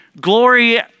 glory